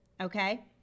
okay